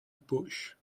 bush